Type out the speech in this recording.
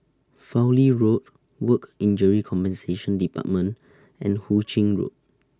Fowlie Road Work Injury Compensation department and Hu Ching Road